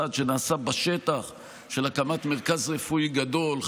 צעד שנעשה בשטח של הקמת מרכז רפואי גדול,